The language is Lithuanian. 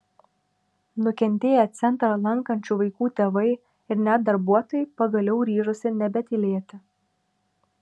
nukentėję centrą lankančių vaikų tėvai ir net darbuotojai pagaliau ryžosi nebetylėti